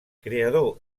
creador